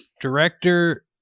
director